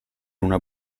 una